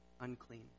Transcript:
unclean